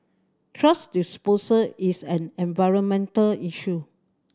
thrash disposal is an environmental issue